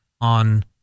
on